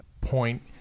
point